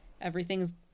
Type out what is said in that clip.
everything's